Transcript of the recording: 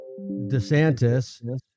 desantis